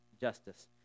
justice